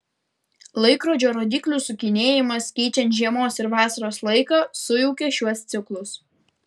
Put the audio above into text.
laikrodžio rodyklių sukinėjimas keičiant žiemos ir vasaros laiką sujaukia šiuos ciklus